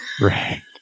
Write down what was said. Right